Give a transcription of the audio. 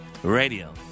Radio